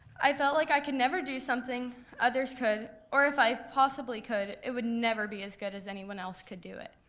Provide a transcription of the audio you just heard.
i felt like i could never do something others could or if i possibly could it would never be as good as anyone else could do it.